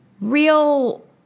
real